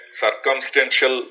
circumstantial